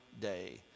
day